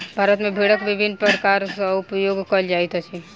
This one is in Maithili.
भारत मे भेड़क विभिन्न प्रकार सॅ उपयोग कयल जाइत अछि